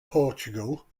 portugal